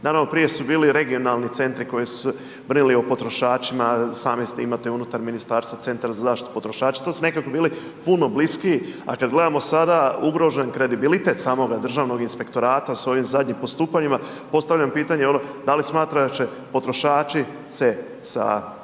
Naravno, prije su bili regionalni centri koji su se brinuli o potrošačima, sami imate unutar ministarstva centar za zaštitu potrošača, to su nekako bili puno bliskiji, a kad gledamo sada ugrožen kredibilitet samoga Državnog inspektorata s ovim zadnjim postupanjima, postavljam pitanje ono da li smatra da će potrošači se sa da